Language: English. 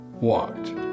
walked